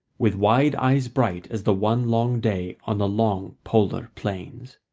with wide eyes bright as the one long day on the long polar plains.